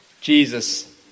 Jesus